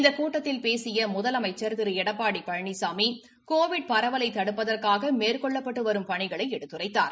இந்த கூட்டத்தில் பேசி முதலமைச்சர் திரு எடப்பாடி பழனிசாமி கோவிட் பரவலை தடுப்பதற்காக மேற்கொள்ளப்பட்டு வரும் பணிகளை எடுத்துரைத்தார்